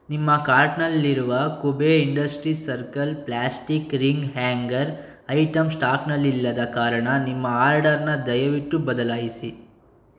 ನಿಮ್ಮ ಕಾರ್ಟ್ನಲ್ಲಿರುವ Kuber industries circle plastic ring hanger item ಸ್ಟಾಕ್ನಲ್ಲಿಲ್ಲದ ಕಾರಣ ನಿಮ್ಮ ಆರ್ಡರ್ನ ದಯವಿಟ್ಟು ಬದಲಾಯಿಸಿ